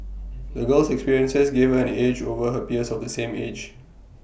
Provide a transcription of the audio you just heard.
the girl's experiences gave her an edge over her peers of the same age